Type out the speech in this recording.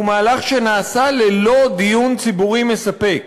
והוא מהלך שנעשה ללא דיון ציבורי מספק.